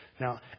Now